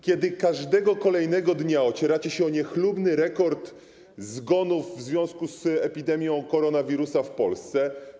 Każdego kolejnego dnia ocieracie się o niechlubny rekord zgonów w związku z epidemią koronawirusa w Polsce.